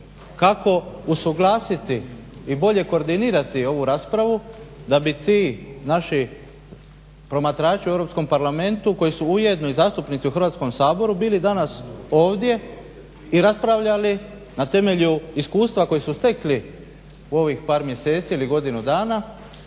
kako usuglasiti i bolje koordinirati ovu raspravu da bi ti naši promatrači u Europskom parlamentu koji su ujedno i zastupnici u Hrvatskom saboru bili danas ovdje i raspravljali na temelju iskustva koje su stekli u ovih par mjeseci ili godinu dana